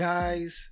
Guys